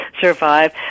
survive